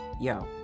yo